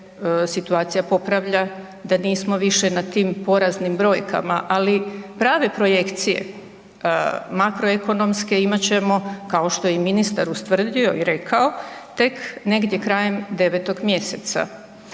situacija popravlja da nismo više na tim poraznim brojkama, ali prave projekcije makroekonomske imat ćemo kao što je i ministar ustvrdio i rekao tek negdje krajem 9. mjeseca.